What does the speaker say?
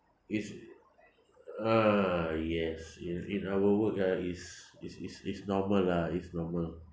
it's ah yes yeah in our work ah is is is is normal lah it's normal